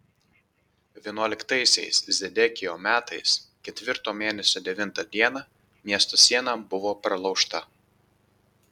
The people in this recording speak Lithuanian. vienuoliktaisiais zedekijo metais ketvirto mėnesio devintą dieną miesto siena buvo pralaužta